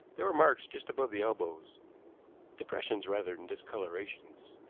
there were marks just above the elbows depressions rather than discolorations.